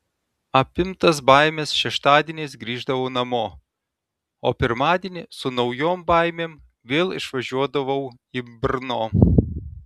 apimtas baimės šeštadieniais grįždavau namo o pirmadienį su naujom baimėm vėl išvažiuodavau į brno